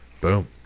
Boom